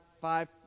five